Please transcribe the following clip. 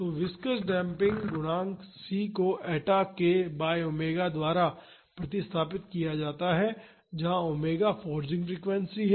तो viscous damping गुणांक c को eta k बाई ओमेगा द्वारा प्रतिस्थापित किया जाता है जहां ओमेगा फोर्सिंग फ्रीक्वेंसी है